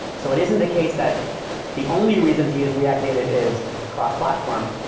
so it isn't the case that the only reason to use react native is cross-platform.